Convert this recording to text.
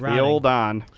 the old on.